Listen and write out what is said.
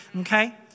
Okay